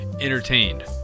entertained